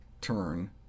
turn